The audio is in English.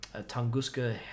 Tunguska